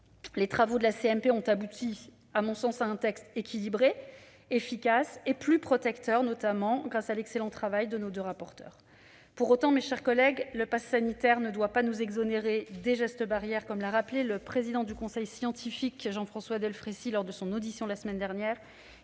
Les travaux de la CMP ont abouti, à mon sens, à un texte équilibré, efficace et plus protecteur, notamment grâce à l'excellent travail de nos deux rapporteurs. Pour autant, mes chers collègues, le passe sanitaire ne doit pas nous exonérer des gestes barrières, comme l'a rappelé le président du conseil scientifique, Jean-François Delfraissy, lors de son audition la semaine dernière.